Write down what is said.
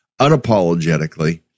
unapologetically